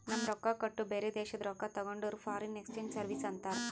ನಮ್ ರೊಕ್ಕಾ ಕೊಟ್ಟು ಬ್ಯಾರೆ ದೇಶಾದು ರೊಕ್ಕಾ ತಗೊಂಡುರ್ ಫಾರಿನ್ ಎಕ್ಸ್ಚೇಂಜ್ ಸರ್ವೀಸ್ ಅಂತಾರ್